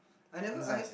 I never I